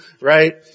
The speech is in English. right